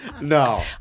No